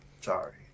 sorry